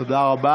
אמרת